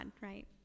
right